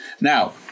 Now